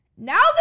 Now